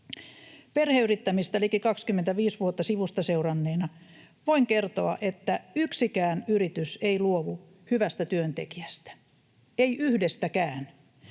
Perheyrittämistä liki 25 vuotta sivusta seuranneena voin kertoa, että yksikään yritys ei luovu hyvästä työntekijästä, ei yhdestäkään.